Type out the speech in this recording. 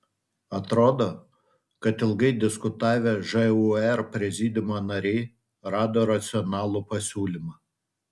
atrodo kad ilgai diskutavę žūr prezidiumo nariai rado racionalų pasiūlymą